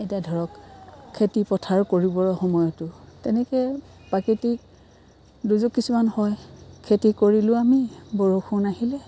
এতিয়া ধৰক খেতিপথাৰ কৰিবৰ সময়তো তেনেকৈ প্ৰাকৃতিক দুৰ্যোগ কিছুমান হয় খেতি কৰিলোঁ আমি বৰষুণ আহিলে